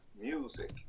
music